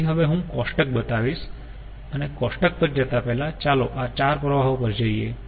તેથી હવે હું કોષ્ટક બતાવીશ અને કોષ્ટક પર જતાં પહેલાં ચાલો આ ચાર પ્રવાહો પર જઈએ